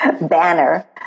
banner